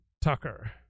Tucker